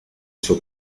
suo